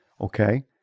okay